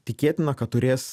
tikėtina kad turės